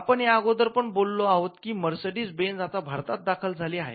आपण या अगोदर पण बोललो आहोत की मर्सेडिझ बेंझ आता भारतात दाखल झाली आहे